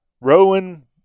Rowan